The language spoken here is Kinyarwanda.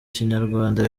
kinyarwanda